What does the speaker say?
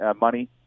money